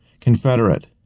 Confederate